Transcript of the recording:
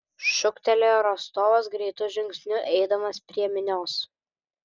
šūktelėjo rostovas greitu žingsniu eidamas prie minios